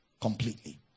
completely